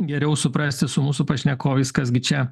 geriau suprasti su mūsų pašnekovais kas gi čia